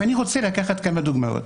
ואני רוצה לתת כמה דוגמאות.